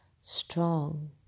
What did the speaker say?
strong